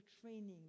training